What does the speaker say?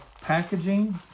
packaging